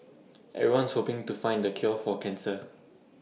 everyone's hoping to find the cure for cancer